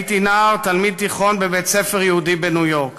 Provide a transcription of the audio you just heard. הייתי נער, תלמיד תיכון בבית-ספר יהודי בניו-יורק.